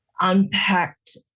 unpacked